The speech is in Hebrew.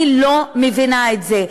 אני לא מבינה את זה.